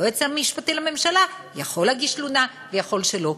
היועץ המשפטי לממשלה יכול להגיש תלונה, ויכול שלא.